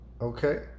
Okay